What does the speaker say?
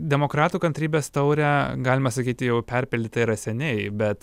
demokratų kantrybės taurę galima sakyti jau perpildyta yra seniai bet